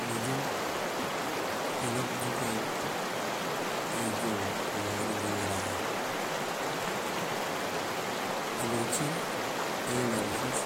Ileegum mëyëlan kanjúkan yël ayi joon kaduka júŋaran yël. Iloŋ cí eŋal ufúuţ,